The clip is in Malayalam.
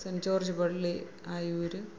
സെൻ്റ് ജോർജ് പള്ളി ആയൂര്